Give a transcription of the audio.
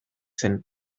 zen